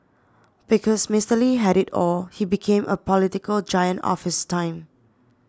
because Mister Lee had it all he became a political giant of his time